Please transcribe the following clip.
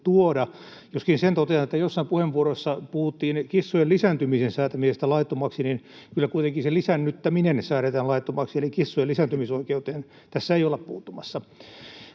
joskin sen totean, kun joissain puheenvuoroissa puhuttiin kissojen lisääntymisen säätämisestä laittomaksi, että kyllä kuitenkin se lisäännyttäminen säädetään laittomaksi, eli kissojen lisääntymisoikeuteen tässä ei olla puuttumassa.